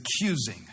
accusing